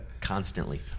constantly